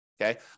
okay